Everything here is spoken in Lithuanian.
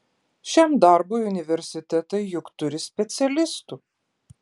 šiam darbui universitetai juk turi specialistų